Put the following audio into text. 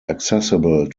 accessible